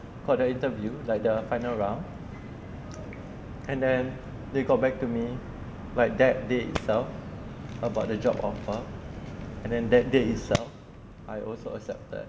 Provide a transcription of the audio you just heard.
called the interview like dah final round and then they got back to me like that day itself about the job offer and then that day itself I also accepted